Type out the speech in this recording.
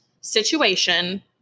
situation